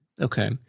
Okay